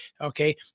Okay